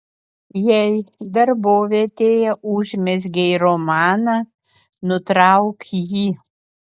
jei darbovietėje užmezgei romaną nutrauk jį